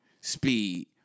speed